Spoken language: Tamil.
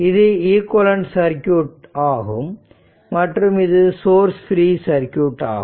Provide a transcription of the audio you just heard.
இது ஈக்விவலெண்ட் சர்க்யூட் ஆகும் மற்றும் இது சோர்ஸ் ஃப்ரீ சர்க்யூட் ஆகும்